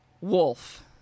Wolf